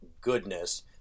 goodness